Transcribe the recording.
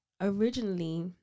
originally